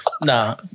Nah